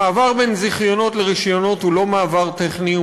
המעבר מזיכיונות לרישיונות הוא לא מעבר טכני,